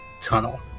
tunnel